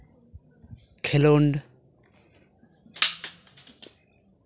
ᱠᱷᱮᱞᱳᱰ